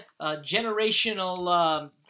generational